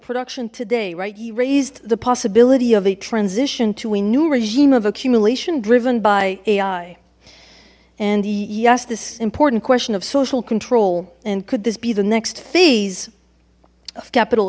production today right he raised the possibility of a transition to a new regime of accumulation driven by ai and yes this important question of social control and could this be the next phase of capital